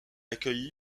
accueilli